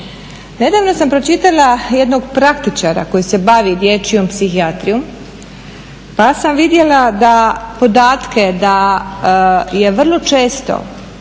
Nedavno sam pročitala jednog praktičara koji se bavi dječjom psihijatrijom pa sam vidjela podatke da je vrlo često